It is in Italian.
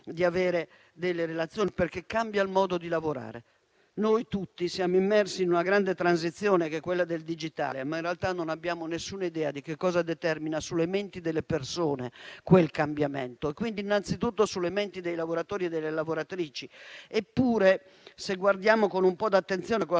di avere delle relazioni, perché cambia il modo di lavorare. Noi tutti siamo immersi in una grande transizione che è quella del digitale, ma in realtà non abbiamo alcuna idea di che cosa quel cambiamento determina sulle menti delle persone e, anzitutto, dei lavoratori e delle lavoratrici. Eppure, se guardiamo con un po' di attenzione a cosa